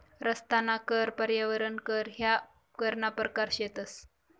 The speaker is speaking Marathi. रस्ताना कर, पर्यावरण कर ह्या करना परकार शेतंस